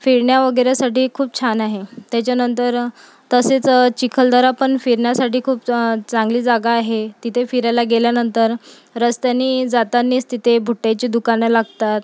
फिरण्या वगैरेसाठी खूप छान आहे त्याच्यानंतर तसेच चिखलदरा पण फिरण्यासाठी खूप चा चांगली जागा आहे तिथे फिरायला गेल्यानंतर रस्त्यांनी जातानाच तिथे भुट्ट्याची दुकानं लागतात